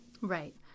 Right